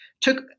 took